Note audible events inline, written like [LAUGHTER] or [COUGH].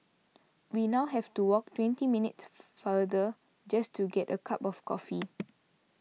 we now have to walk twenty minutes [NOISE] farther just to get a cup of coffee